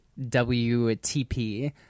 wtp